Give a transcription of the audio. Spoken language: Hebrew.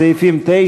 סעיפים 9 12 נתקבלו.